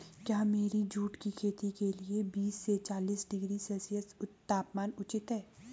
क्या मेरी जूट की खेती के लिए बीस से चालीस डिग्री सेल्सियस तापमान उचित है?